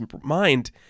mind